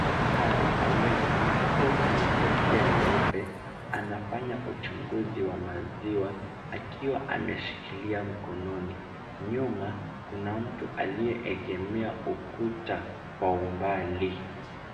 Daktari aliye valia koti na kofia nyeupe, anafanya uchunguzi wa maziwa akiwa ameshikilia mkononi. Nyuma, kuna mtu aliye egemea ukuta kwa umbali.